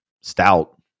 stout